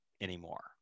anymore